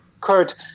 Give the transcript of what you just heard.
Kurt